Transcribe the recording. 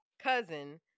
cousin